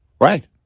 Right